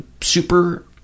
super